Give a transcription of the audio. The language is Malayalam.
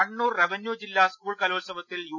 കണ്ണൂർ റവന്യൂ ജില്ലാ സ്കൂൾ കലോത്സവത്തിൽ യു